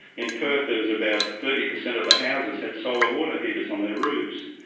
in perth there was about thirty percent of the houses had solar water heaters on their roofs.